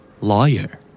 Lawyer